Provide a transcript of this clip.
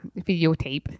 Videotape